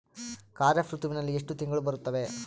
ಖಾರೇಫ್ ಋತುವಿನಲ್ಲಿ ಎಷ್ಟು ತಿಂಗಳು ಬರುತ್ತವೆ?